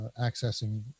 accessing